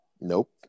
Nope